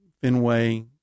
Fenway